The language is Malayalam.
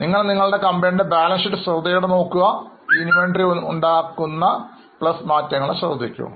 നിങ്ങൾ നിങ്ങളുടെ കമ്പനിയുടെ ബാലൻസ് ഷീറ്റ് ശ്രദ്ധയോടുകൂടി നോക്കുക ഈ inventory ഉണ്ടാകുന്ന '' മാറ്റങ്ങളെ ശ്രദ്ധിക്കൂ